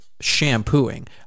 shampooing